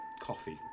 coffee